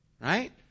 right